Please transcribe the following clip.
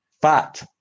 Fat